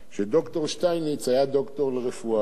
שד"ר שטייניץ היה דוקטור לרפואה,